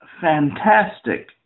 fantastic